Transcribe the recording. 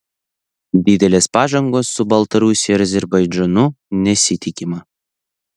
didelės pažangos su baltarusija ir azerbaidžanu nesitikima